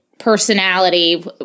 personality